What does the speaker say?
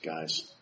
guys